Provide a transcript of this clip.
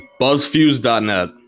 BuzzFuse.net